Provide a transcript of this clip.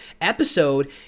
episode